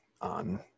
on